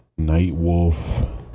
Nightwolf